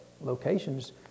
locations